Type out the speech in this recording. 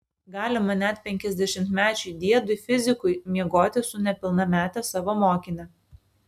galima net penkiasdešimtmečiui diedui fizikui miegoti su nepilnamete savo mokine